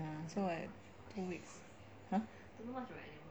so like ya two weeks !huh!